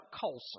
Colson